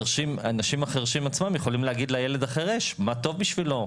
האנשים החירשים עצמם יכולים להגיד לילד החירש מה טוב בשבילו,